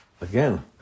Again